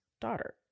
daughter